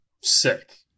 sick